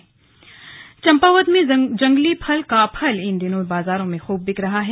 slug काफल चंपावत में जंगली फल काफल इन दिनों बाजारों में खूब बिक रहा है